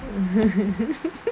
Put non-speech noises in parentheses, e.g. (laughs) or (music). (laughs)